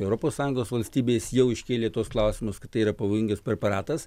europos sąjungos valstybės jau iškėlė tuos klausimus kad tai yra pavojingas preparatas